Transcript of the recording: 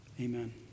Amen